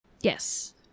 Yes